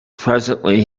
presently